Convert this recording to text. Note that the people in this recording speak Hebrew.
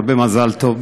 הרבה מזל טוב,